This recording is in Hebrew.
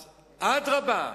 אז אדרבה,